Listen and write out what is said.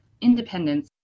independence